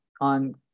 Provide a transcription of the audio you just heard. on